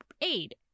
aid